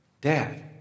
Dad